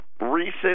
recent